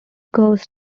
ghost